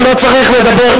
לא, לא צריך לדבר.